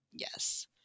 Yes